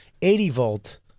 80-volt